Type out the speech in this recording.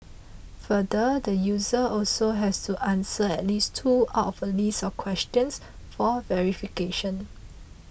further the user also has to answer at least two out of a list of questions for verification